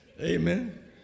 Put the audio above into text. Amen